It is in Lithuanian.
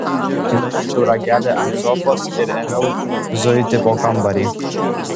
numečiau ragelį ant sofos ir ėmiau zuiti po kambarį